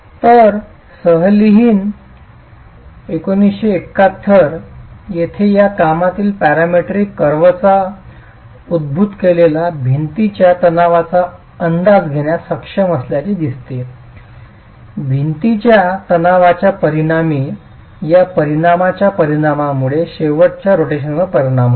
तर साहिलिन येथील या कामातील पॅरामीट्रिक कर्व्हचा उद्धृत केलेला भिंतीच्या तणावाचा अंदाज घेण्यास सक्षम असल्याचे दिसते भिंतीच्या ताणतणावाच्या परिणामी या परिणामाच्या परिणामामुळे शेवटच्या रोटेशनवर परिणाम होतो